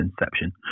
inception